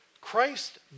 Christ